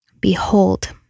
Behold